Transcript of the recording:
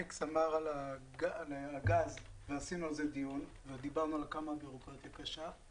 אלכס דיבר על הגז ועשינו על זה דיון ודיברנו על כמה הבירוקרטיה קשה.